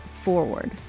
forward